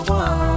one